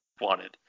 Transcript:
wanted